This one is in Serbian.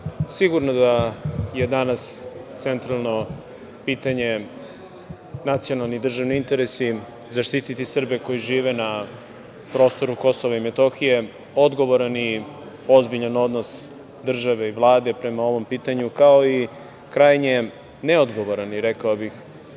sigurno da je danas centralno pitanje nacionalni i državni interesi, zaštititi Srbe koji žive na prostoru KiM, odgovoran i ozbiljan odnos države i Vlade prema ovom pitanju, kao i krajnje neodgovoran, rekao bih,